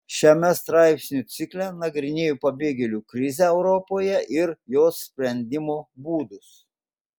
šiame straipsnių cikle nagrinėju pabėgėlių krizę europoje ir jos sprendimo būdus